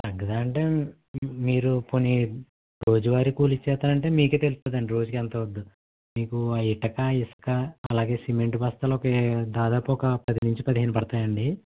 తగ్గదా అంటే మీరు పోనీ రోజువారి కూలీ ఇచ్చేస్తానంటే మీకే తెలుస్తుందండి రోజుకి ఎంతవుతుందో మీకు ఆ ఇటుక ఇసుక అలాగే సిమెంట్ బస్తాలు ఒక దాదాపు ఒక పది నుంచి పదిహేను పడతాయండి